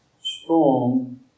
strong